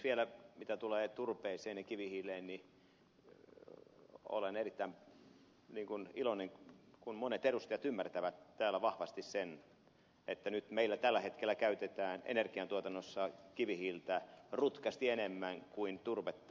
vielä mitä tulee turpeeseen ja kivihiileen olen erittäin iloinen kun monet edustajat ymmärtävät täällä vahvasti sen että meillä tällä hetkellä käytetään energiantuotannossa kivihiiltä rutkasti enemmän kuin turvetta